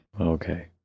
Okay